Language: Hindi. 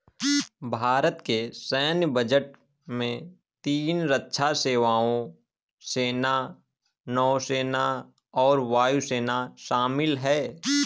भारत के सैन्य बजट में तीन रक्षा सेवाओं, सेना, नौसेना और वायु सेना शामिल है